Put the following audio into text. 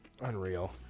Unreal